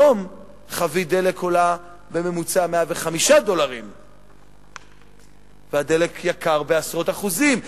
היום חבית דלק עולה בממוצע 105 דולרים והדלק יקר בעשרות אחוזים,